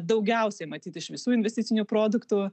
daugiausiai matyt iš visų investicinių produktų